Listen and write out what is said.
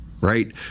right